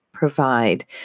provide